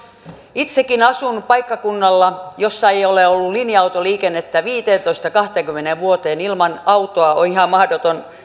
itsekin asun paikkakunnalla jolla ei ole ollut linja autoliikennettä viiteentoista viiva kahteenkymmeneen vuoteen ilman autoa on ihan mahdoton